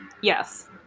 yes